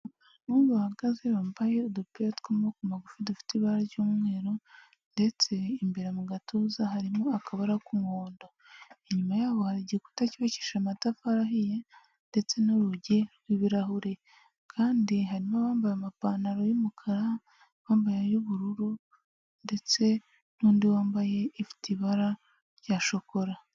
Bo bahagaze bambaye udupira tw'amaboko magufi dufite ibara ry'umweru, ndetse imbere mu gatuza harimo akabara k'umuhondo, inyuma yabo hari igikuta cyubakishije amatafari ahiye ndetse n'urugi rw'ibirahure, kandi harimo abambaye amapantaro y'umukara bambaye y'ubururu ndetse n'undi wambaye ifite ibara rya shokora.